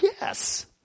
yes